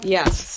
Yes